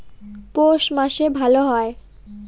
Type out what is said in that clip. পৌষ মাসে ভালো হয়?